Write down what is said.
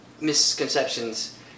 misconceptions